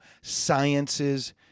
sciences